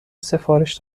سفارش